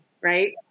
right